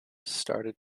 started